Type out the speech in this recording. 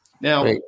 Now